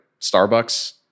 Starbucks